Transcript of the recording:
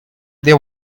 they